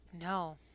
No